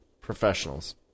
Professionals